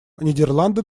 нидерланды